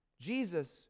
Jesus